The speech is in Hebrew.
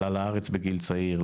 עלה לארץ בגיל צעיר,